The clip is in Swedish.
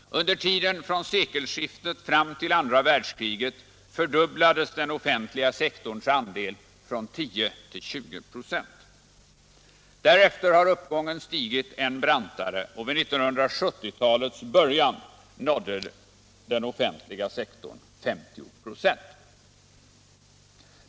Under tiden från sekelskiftet fram till andra världskriget fördubblades den offentliga sektorns andel från 10 till 20 96. Därefter har uppgången stigit än brantare, och vid 1970-talets början nådde den 50 96.